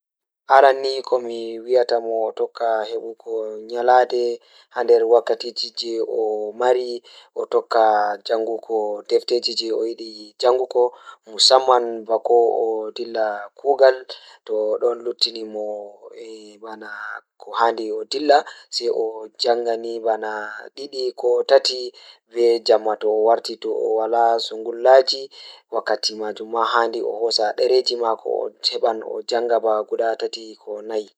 Aranni komi wiyata mo otokka heɓugo nyalanɗe jei So mbaɗɗo maa ena yiya njangude deftere caɗeele, miɗo waɗtiraa: Yo waɗtu ngantangal ngal e ngantangal ngal ngam heɓde hollire njangde, e yo waɗtu waylude jammaaji kala kadi ngam njippa njangde. Yo mbaɗɗo maa waɗtu anndude waawde ɓeɓɓe deftere ɗe aranii kadi waɗtu jaangata haanude kala dege ɓuri ngal.